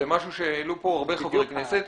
זה משהו שהעלו פה הרבה חברי כנסת,